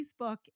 Facebook